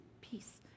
Peace